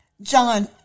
John